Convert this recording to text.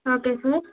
okay sir